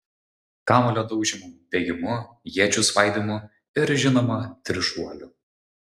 kamuolio daužymu bėgimu iečių svaidymu ir žinoma trišuoliu